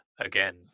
again